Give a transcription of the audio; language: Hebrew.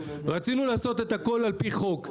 רצינו לעשות את הכול על פי חוק.